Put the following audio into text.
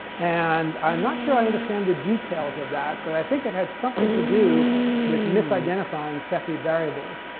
and i'm not sure i understand the details of that, but i think it had something to do with misidentifying cepheid variables,